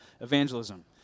evangelism